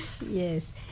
Yes